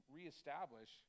reestablish